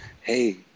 hey